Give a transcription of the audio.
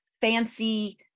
fancy